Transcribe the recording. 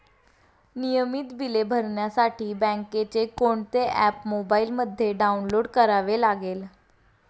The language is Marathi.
नियमित बिले भरण्यासाठी बँकेचे कोणते ऍप मोबाइलमध्ये डाऊनलोड करावे लागेल?